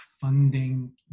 funding